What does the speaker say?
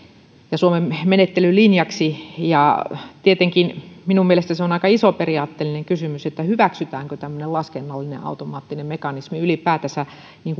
ja suomen menettelylinjasta ja tietenkin minun mielestäni se on aika iso periaatteellinen kysymys hyväksytäänkö tämmöinen laskennallinen automaattinen mekanismi ylipäätänsä